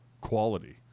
quality